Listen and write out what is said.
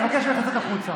להאשים את הליכוד.